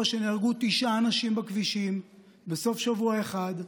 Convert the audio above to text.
שנהרגו תשעה אנשים בכבישים בסוף שבוע אחד.